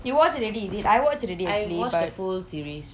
you watch already is it I watch already actually but